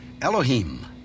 Elohim